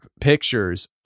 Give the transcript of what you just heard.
pictures